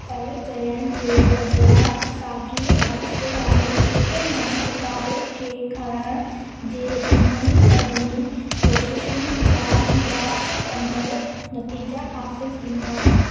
पर जयनि जे बदिरां साॻिए अक्स वारे हिकु नएं सितारे खे खणण जे इन्हनि सभिनी कोशिशुनि जा निराश कंदड़ नतीजा हासिलु थींदा